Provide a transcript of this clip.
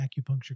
Acupuncture